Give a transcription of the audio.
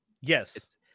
Yes